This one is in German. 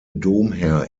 domherr